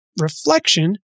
reflection